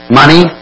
money